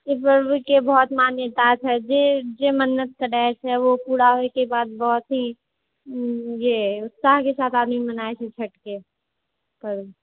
इस परव के बहुत मान्यता छै जे मन्नत करै छै ओ पूरा होइ के बाद बहुत ही जे उत्साह के साथ आदमी मनाबै छै छठि के सब